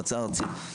מועצה ארצית.